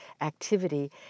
activity